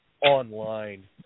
online